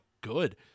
good